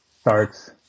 starts